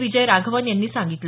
विजय राघवन यांनी सांगितलं